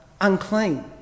unclean